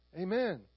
Amen